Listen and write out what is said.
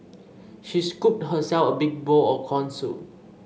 she scooped herself a big bowl of corn soup